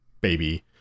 baby